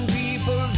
people